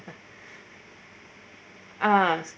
ah